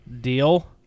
deal